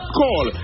call